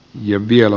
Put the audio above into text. ne vielä